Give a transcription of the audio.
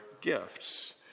gifts